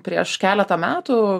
prieš keletą metų